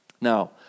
Now